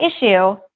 issue